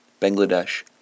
Bangladesh